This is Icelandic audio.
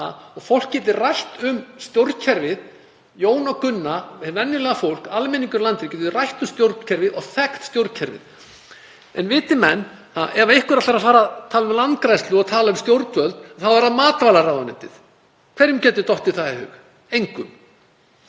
og fólk geti rætt um stjórnkerfið, Jón og Gunna, hið venjulega fólk, almenningur í landinu, og þekkt stjórnkerfið. En viti menn, ef einhver ætlar að fara að tala um landgræðslu og tala um stjórnvöld þá er það matvælaráðuneytið. Hverjum getur dottið það í hug? Engum.